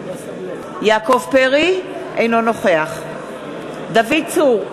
אינו נוכח דוד צור,